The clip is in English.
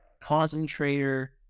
concentrator